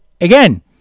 again